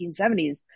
1970s